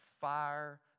fire